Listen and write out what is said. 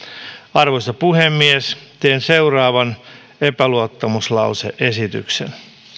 arvoisa puhemies teen seuraavan epäluottamuslause esityksen